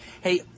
Hey